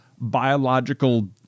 biological